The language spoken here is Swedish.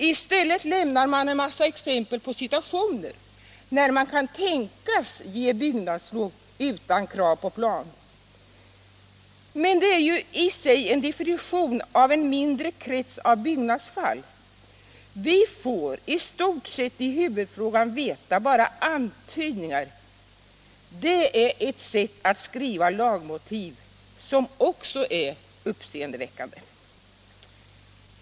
I stället lämnas en mängd exempel på situationer, där man kan tänkas ge byggnadslov utan krav på plan — men det är ju i sig en definition av en mindre krets av byggnadsfall. Vi får i stort sett i huvudfrågan bara antydningar — och det är ett sätt att skriva lagmotiv som är uppseendeväckande.